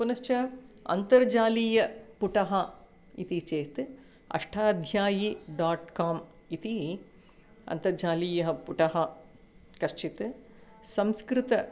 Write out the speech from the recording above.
पुनश्च अन्तर्जालीय पुटः इति चेत् अष्टाध्यायी डोट् कोम् इति अन्तर्जालीयः पुटः कश्चित् संस्कृतः